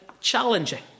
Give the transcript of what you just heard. challenging